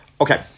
Okay